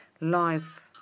live